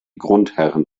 grundherren